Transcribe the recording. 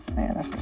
man, that's a